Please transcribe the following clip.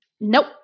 Nope